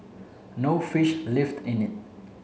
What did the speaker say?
no fish lived in it